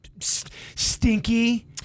stinky